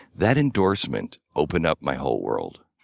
that endorsement opened up my whole world.